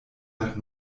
nach